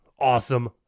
Awesome